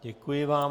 Děkuji vám.